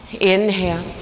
Inhale